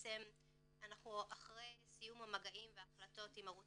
בעצם אנחנו אחרי סיום המגעים וההחלטות עם ערוץ